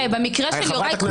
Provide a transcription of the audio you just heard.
במקרה של יוראי,